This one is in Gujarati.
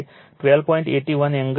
81 એંગલ 38